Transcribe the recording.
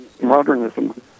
modernism